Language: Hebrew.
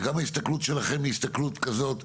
וגם ההתכלות שלכם היא הסתכלות כזאת,